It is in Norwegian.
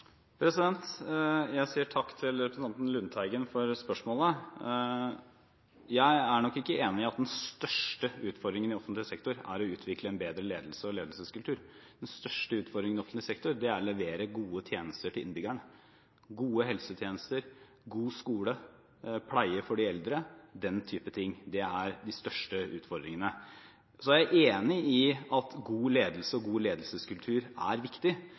takk til representanten Lundteigen for spørsmålet. Jeg er nok ikke enig i at den største utfordringen i offentlig sektor er å utvikle en bedre ledelse og ledelseskultur. Den største utfordringen i offentlig sektor er å levere gode tjenester til innbyggerne: gode helsetjenester, god skole, pleie for de eldre og den typen ting. Det er de største utfordringene. Jeg er enig i at god ledelse og god ledelseskultur er viktig,